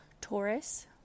Taurus